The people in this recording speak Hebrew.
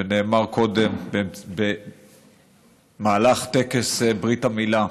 ונאמר קודם, במהלך טקס ברית המילה.